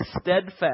steadfast